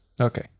Okay